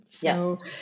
Yes